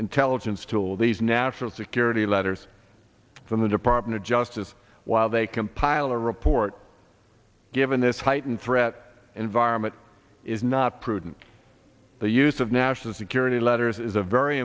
intelligence tool these national security letters from the department of justice while they compile a report given this heightened threat environment is not prudent the use of national security letters is a very